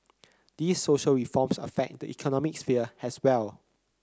these social reforms affect the economic sphere as well